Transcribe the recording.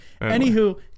anywho